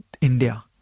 India